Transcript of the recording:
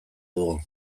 dugu